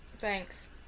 Thanks